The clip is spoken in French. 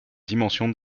dimensions